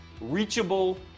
reachable